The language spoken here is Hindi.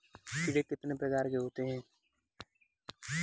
कीड़े कितने प्रकार के होते हैं?